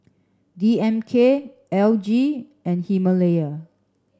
D M K L G and Himalaya